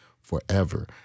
forever